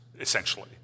essentially